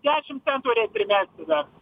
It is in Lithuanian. dešim centų reik primesti dar